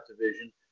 division